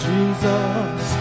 Jesus